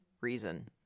reason